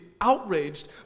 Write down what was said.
outraged